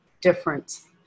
difference